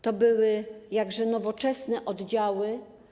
To były jakże nowoczesne oddziały.